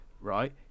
right